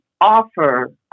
offer